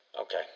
okay